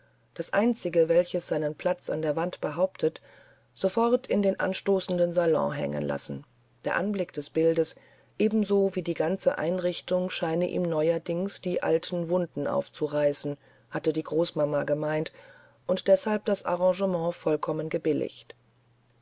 das einzige welches seinen platz an der wand behauptet sofort in den anstoßenden salon hängen lassen der anblick des bildes ebenso wie die ganze einrichtung scheine ihm neuerdings die alte wunde aufzureißen hatte die großmama gemeint und deshalb das arrangement vollkommen gebilligt